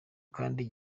kandi